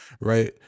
right